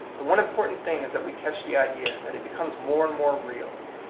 the one important thing is that we catch the idea, that it become more and more real.